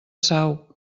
sau